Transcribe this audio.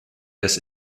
des